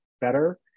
better